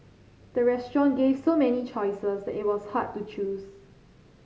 the restaurant gave so many choices that it was hard to choose